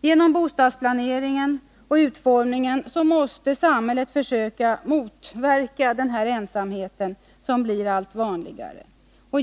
Genom bostadsplaneringen och utformningen måste samhället försöka motverka denna ensamhet som blir allt vanligare.